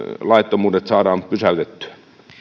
laittomuudet saadaan pysäytettyä